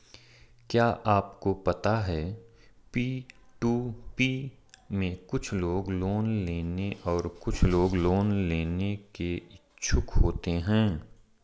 क्या आपको पता है पी.टू.पी में कुछ लोग लोन देने और कुछ लोग लोन लेने के इच्छुक होते हैं?